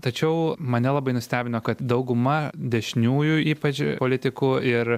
tačiau mane labai nustebino kad dauguma dešiniųjų ypač politikų ir